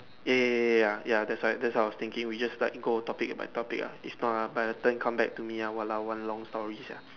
ya ya ya ya ya ya that's what that's what I was thinking we just let it go topic by topic ah it's not ah by the turn come back to me ah walao one long story sia